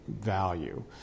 value